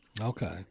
Okay